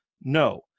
No